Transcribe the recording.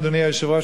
אדוני היושב-ראש,